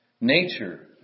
Nature